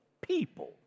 people